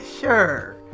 Sure